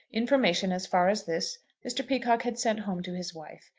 information as far as this mr. peacocke had sent home to his wife,